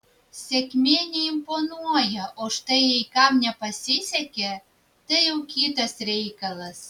sėkmė neimponuoja o štai jei kam nepasisekė tai jau kitas reikalas